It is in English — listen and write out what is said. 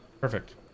perfect